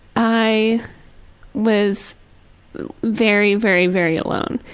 i was very, very, very alone.